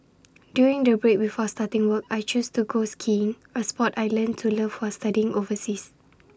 during the break before starting work I chose to go skiing A Sport I learnt to love while studying overseas